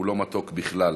הוא לא מתוק בכלל,